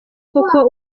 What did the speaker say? koko